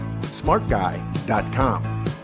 Smartguy.com